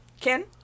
Ken